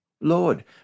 Lord